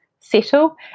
settle